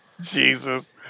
Jesus